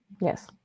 Yes